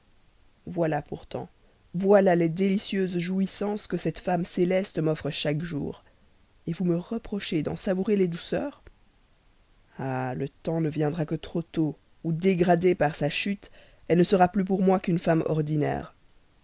voilà pourtant voilà les délicieuses jouissances que cette femme céleste m'offre chaque jour vous me reprochez d'en savourer la douceur ah le temps ne viendra que trop tôt où dégradée par sa chute elle ne sera plus pour moi qu'une femme ordinaire